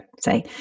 say